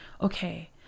okay